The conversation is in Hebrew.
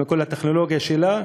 עם כל הטכנולוגיה שלה,